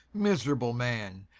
miserable man,